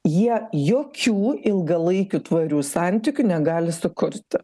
jie jokių ilgalaikių tvarių santykių negali sukurti